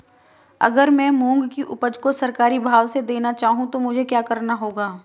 अगर मैं मूंग की उपज को सरकारी भाव से देना चाहूँ तो मुझे क्या करना होगा?